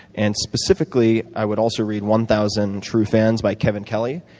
and specifically, i would also read one thousand true fans by kevin kelly,